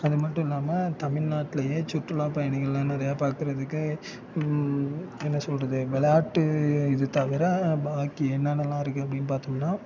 அது மட்டும் இல்லாமல் தமிழ்நாட்லையே சுற்றுலாப் பயணிகள்லாம் நிறையா பாக்கிறதுக்கு என்ன சொல்கிறது விளையாட்டு இது தவிர பாக்கி என்னென்னலாம் இருக்குது அப்படின்னு பார்த்திங்கனா